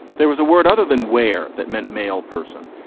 there was a word other than where that meant male person.